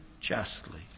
justly